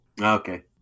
Okay